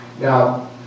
Now